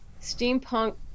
steampunk